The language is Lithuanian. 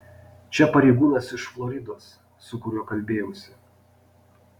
čia pareigūnas iš floridos su kuriuo kalbėjausi